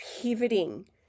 pivoting